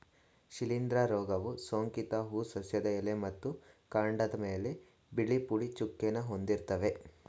ಶಿಲೀಂಧ್ರ ರೋಗವು ಸೋಂಕಿತ ಹೂ ಸಸ್ಯದ ಎಲೆ ಮತ್ತು ಕಾಂಡದ್ಮೇಲೆ ಬಿಳಿ ಪುಡಿ ಚುಕ್ಕೆನ ಹೊಂದಿರ್ತದೆ